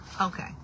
Okay